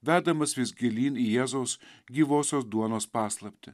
vedamas vis gilyn į jėzaus gyvosios duonos paslaptį